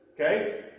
Okay